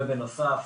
בנוסף,